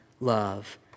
love